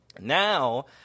Now